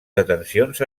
detencions